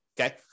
Okay